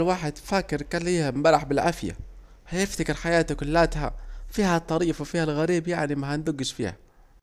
الواحد فاكر كل ايه امبارح بالعافية، هيفتكر حياته كلاتها! فيها الطريف وفيها الغريب يعني مهندجش فيها